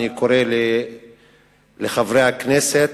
אני קורא לחברי הכנסת,